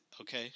okay